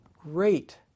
great